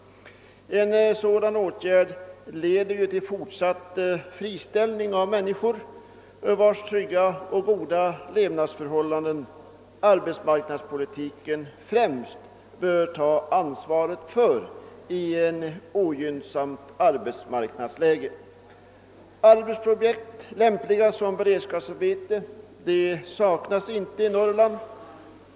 En sådan åtgärd leder ju till fortsatt friställning av människor, vilkas trygga och goda levnadsförhållanden arbetsmarknadspolitiken främst bör ta ansvaret för i ett ogynnsamt arbetsmarknadsläge. Arbetsprojekt, lämpliga som beredskapsarbeten, saknas inte i Norrland.